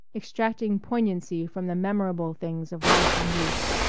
extracting poignancy from the memorable things of life and youth.